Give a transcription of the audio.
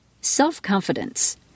Self-confidence